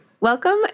Welcome